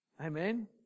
Amen